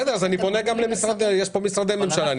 יש פה משרדי ממשלה.